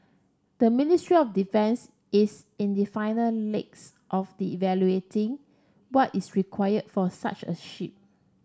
the Ministry of Defence is in the final legs of evaluating what is required for such a ship